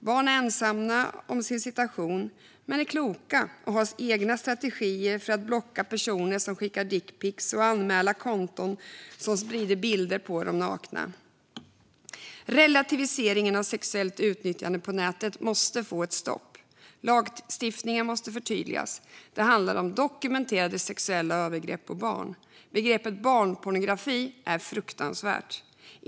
Barn är ensamma om sin situation, men de är kloka och har egna strategier för att blocka personer som skickar dickpicks och anmäla konton som sprider bilder på dem nakna. Relativiseringen av sexuellt utnyttjande på nätet måste få ett stopp. Lagstiftningen måste förtydligas. Det handlar om dokumenterade sexuella övergrepp på barn. Begreppet barnpornografi är fruktansvärt.